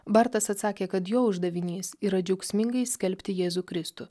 bartas atsakė kad jo uždavinys yra džiaugsmingai skelbti jėzų kristų